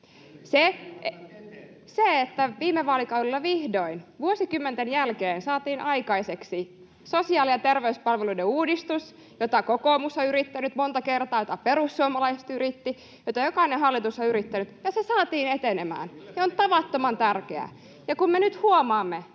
välihuuto] Viime vaalikaudella vihdoin vuosikymmenten jälkeen saatiin aikaiseksi sosiaali- ja terveyspalveluiden uudistus, jota kokoomus on yrittänyt monta kertaa ja jota perussuomalaiset yrittivät ja jota jokainen hallitus on yrittänyt, ja se saatiin etenemään. Se on tavattoman tärkeää. Kun me nyt huomaamme,